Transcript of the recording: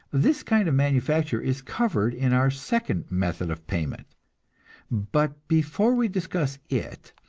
this kind of manufacture is covered in our second method of payment but before we discuss it,